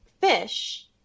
fish